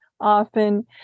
Often